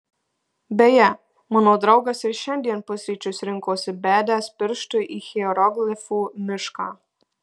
beje mano draugas ir šiandien pusryčius rinkosi bedęs pirštu į hieroglifų mišką